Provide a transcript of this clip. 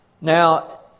Now